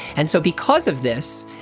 and so because of this,